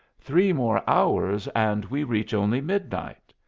three more hours, and we reach only midnight.